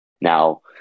Now